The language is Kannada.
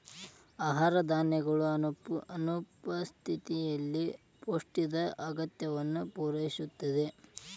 ಆಹಾರ ಧಾನ್ಯಗಳ ಅನುಪಸ್ಥಿತಿಯಲ್ಲಿ ಪಿಷ್ಟದ ಅಗತ್ಯವನ್ನು ಪೂರೈಸುತ್ತದೆ